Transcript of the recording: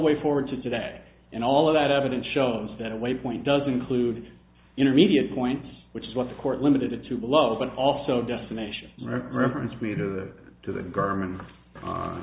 way forward to today and all of that evidence shows that a waypoint doesn't include intermediate points which is what the court limited it to below but also destination reference me to to the g